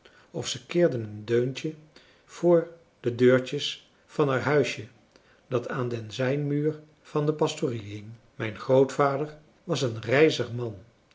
of ze kirden een deuntje voor de deurtjes van haar huisje dat aan den zijmuur van de pastorie hing mijn grootvader was een rijzig man